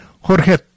Jorge